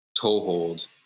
toehold